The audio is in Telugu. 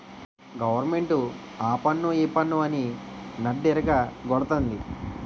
గవరమెంటు ఆపన్ను ఈపన్ను అని నడ్డిరగ గొడతంది